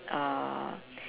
err